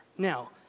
Now